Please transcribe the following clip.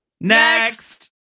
Next